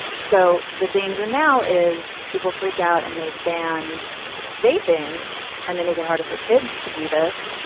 so the danger now is people freak out and they ban vaping and they make it harder for kids to do this.